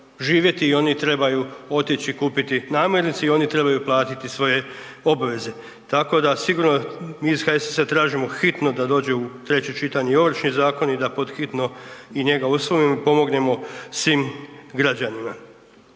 i oni trebaju otići i kupiti namirnice i oni trebaju platiti svoje obveze, tako da sigurno mi iz HSS-a tražimo hitno da dođe u treće čitanje i Ovršni zakon i da pod hitno i njega usvojimo i pomognemo svim građanima.